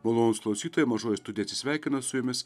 malonūs klausytojai mažoji studija atsisveikina su jumis